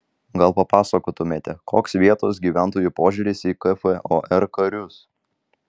gal papasakotumėte koks vietos gyventojų požiūris į kfor karius